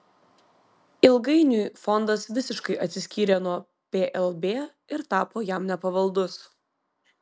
ilgainiui fondas visiškai atsiskyrė nuo plb ir tapo jam nepavaldus